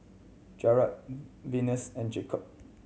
Jerrell Venus and Jacob